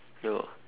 ya lor